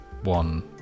one